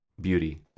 beauty